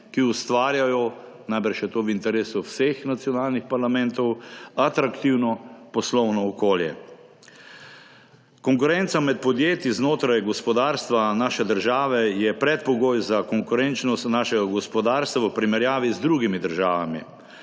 ki ustvarjajo, najbrž je to v interesu vseh nacionalnih parlamentov, atraktivno poslovno okolje. Konkurenca med podjetji znotraj gospodarstva naše države je predpogoj za konkurenčnost našega gospodarstva v primerjavi z drugimi državami.